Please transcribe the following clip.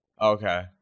Okay